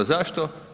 Zašto?